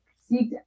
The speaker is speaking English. seek